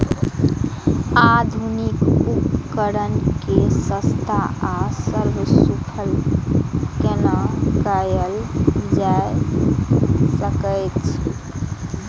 आधुनिक उपकण के सस्ता आर सर्वसुलभ केना कैयल जाए सकेछ?